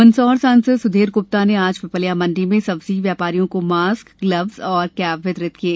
मंदसौर सांसद सुधीर ग्प्ता ने आज पिपलियामंडी में सब्जी व्यापारियों को मास्क ग्लब्ज और कैप वितरित किये